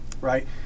right